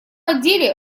отделе